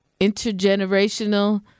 Intergenerational